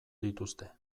dituzte